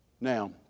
now